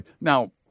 Now